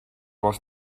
was